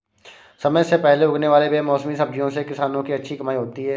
समय से पहले उगने वाले बेमौसमी सब्जियों से किसानों की अच्छी कमाई होती है